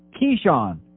Keyshawn